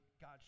God